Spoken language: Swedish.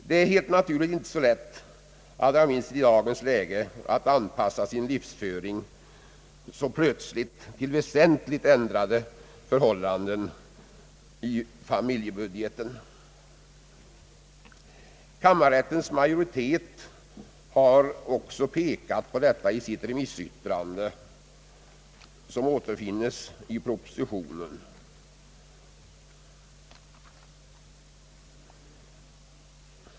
Det är helt naturligt inte så lätt, allra minst i dagens läge, att helt plötsligt anpassa sin livsföring till väsentligt ändrade förhållanden i familjebudgeten. Kammarrättens majoritet har också pekat på detta i sitt remissyttrande som refereras i propositionen.